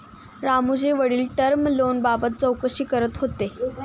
रामूचे वडील टर्म लोनबाबत चौकशी करत होते